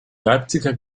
leipziger